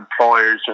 employers